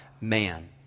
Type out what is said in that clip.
man